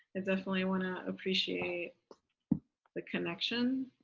ah definitely want to appreciate the connection.